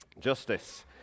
Justice